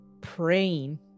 praying